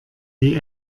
wie